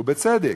ובצדק.